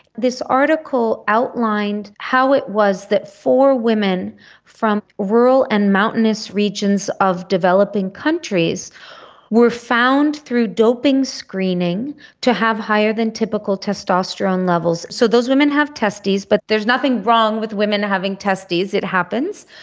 this article outlined how it was that four women from rural and mountainous regions of developing countries were found through doping screening to have higher than typical testosterone levels. so those women have testes but there's nothing wrong with women having testes, it happens.